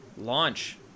Launch